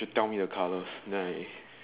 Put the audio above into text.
you tell me the colours then I